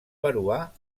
peruà